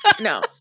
No